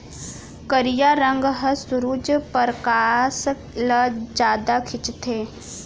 करिया रंग ह सुरूज परकास ल जादा खिंचथे